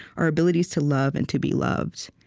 our abilities to love and to be loved.